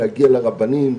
להגיע לרבנים,